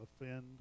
offend